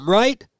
right